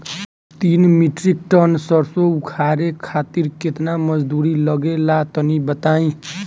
तीन metric tonne सरसो उतारे खातिर केतना मजदूरी लगे ला तनि बताई?